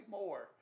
more